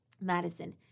Madison